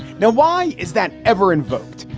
now, why is that ever invoked?